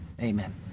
Amen